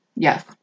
Yes